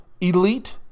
elite